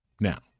Now